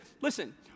listen